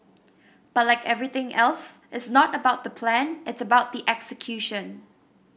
but like everything else it's not about the plan it's about the execution